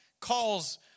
calls